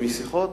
שמשיחות